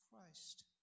Christ